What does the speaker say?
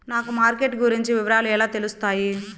నాకు మార్కెట్ గురించి వివరాలు ఎలా తెలుస్తాయి?